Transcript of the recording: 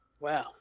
Wow